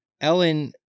Ellen